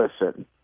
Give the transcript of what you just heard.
listen